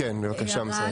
כן, בבקשה, משרד התקשורת.